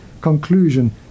conclusion